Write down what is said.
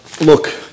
look